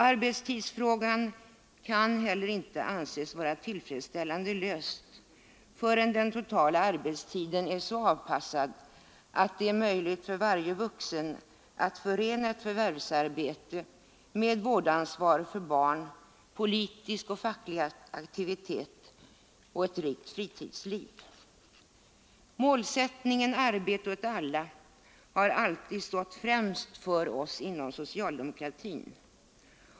Arbetstidsfrågan kan heller inte anses vara tillfredsställande löst förrän den totala arbetstiden är så avpassad att det är möjligt för varje vuxen att förena ett förvärvsarbete med vårdansvar för barn, politisk och facklig aktivitet och ett rikt fritidsliv. Målsättningen arbete åt alla har alltid stått främst för oss inom socialdemokratin.